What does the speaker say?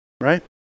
right